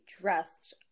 dressed